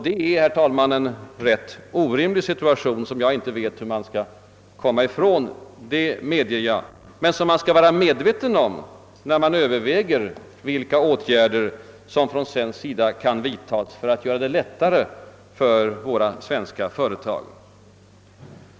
Det är, herr talman, en rätt orimlig situation, som jag inte vet hur man skall komma ifrån — det medger jag — men som man ändå skall vara medveten om när man överväger vilka åtgärder som från svensk sida kan vidtas för att göra det lättare för de svenska företagen.